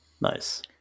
Nice